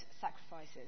sacrifices